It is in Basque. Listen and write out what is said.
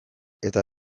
eta